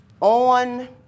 On